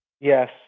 Yes